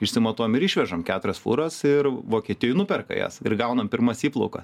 išsimatuojam ir išvežam keturias fūras ir vokietijoj nuperka jas ir gaunam pirmas įplauka